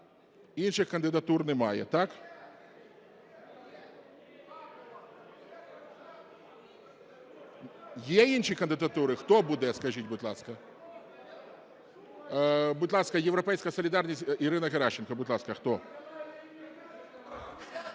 Інших кандидатур немає, так? Є інші кандидатури? Хто буде, скажіть будь ласка. Будь ласка, "Європейська солідарність", Ірина Геращенко, будь ласка, хто?